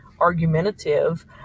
argumentative